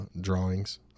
drawings